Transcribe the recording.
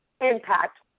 impact